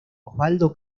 osvaldo